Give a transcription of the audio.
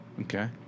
Okay